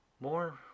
more